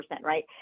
right